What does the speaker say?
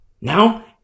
now